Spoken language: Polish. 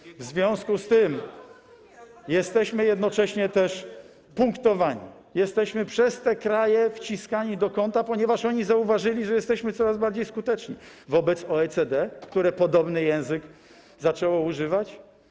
Cisza! ...i w związku z tym jesteśmy jednocześnie punktowani, jesteśmy przez te kraje wciskani do kąta, ponieważ one zauważyły, że jesteśmy coraz bardziej skuteczni wobec OECD, które podobnego języka zaczęło używać.